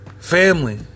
Family